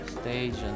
stage